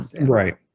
right